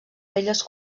velles